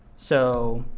so